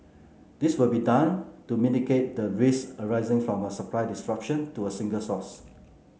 this will be done to mitigate the risks arising from a supply disruption to a single source